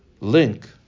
link